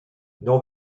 non